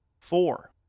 Four